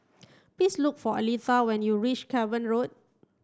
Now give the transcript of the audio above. please look for Aletha when you reach Cavan Road